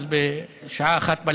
אז בשעה 01:00,